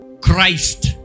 Christ